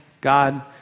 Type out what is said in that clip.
God